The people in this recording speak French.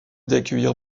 d’accueillir